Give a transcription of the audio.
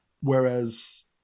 Whereas